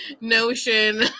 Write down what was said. notion